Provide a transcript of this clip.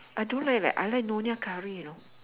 I don't like leh I like nyonya curry you know